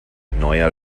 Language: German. neuer